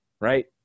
right